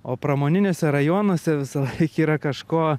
o pramoniniuose rajonuose visada yra kažko